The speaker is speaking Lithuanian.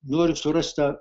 noriu surast tą